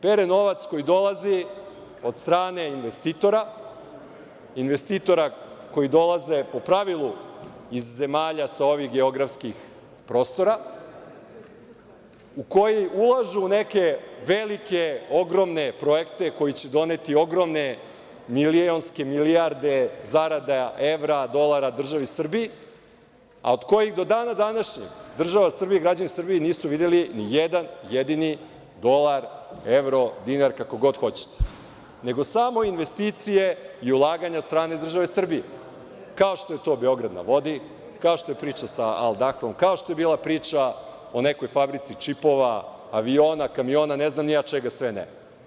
Pere se novac koji dolazi od strane investitora, investitora koji dolaze po pravilu iz zemalja sa ovih geografskih prostora, koji ulažu u neke velike, ogromne projekte koji će doneti ogromne milionske milijarde zarada evra, dolara državi Srbiji, a od kojih do dana današnjeg država Srbija i građani Srbije nisu videli ni jedan jedini dolar, evro, dinar, kako god hoćete, nego samo investicije i ulaganja od strane države Srbije, kao što je to „Beograd na vodi“, kao što je priča sa Al Dahrom, kao što je bila priča o nekoj fabrici čipova, aviona, kamiona, ne znam ni ja čega sve ne.